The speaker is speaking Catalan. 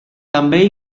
també